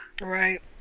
Right